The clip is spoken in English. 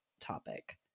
topic